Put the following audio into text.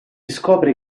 scopre